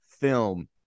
film